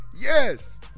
Yes